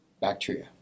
bacteria